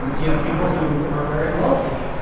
you know, people who are very wealthy.